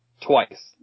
Twice